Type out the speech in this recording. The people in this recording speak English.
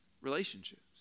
relationships